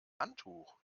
handtuch